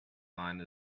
mine